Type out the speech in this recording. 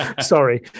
sorry